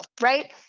right